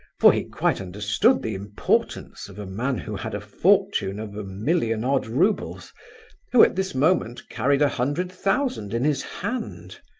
for he quite understood the importance of a man who had a fortune of a million odd roubles, and who at this moment carried a hundred thousand in his hand.